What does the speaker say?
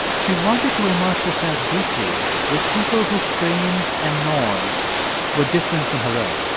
she wanted to immerse herself deeply with people whose frames and norms were different from her own